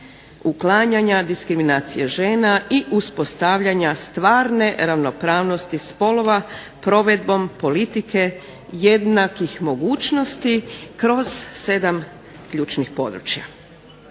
uklanjanja diskriminacije žena i uspostavljanja stvarne ravnopravnosti spolova provedbom politike jednakih mogućnosti kroz 7 ključnih područja.